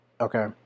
Okay